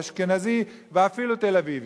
אשכנזי ואפילו תל-אביבי,